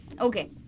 Okay